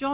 dag.